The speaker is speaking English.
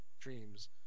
dreams